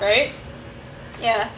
right ya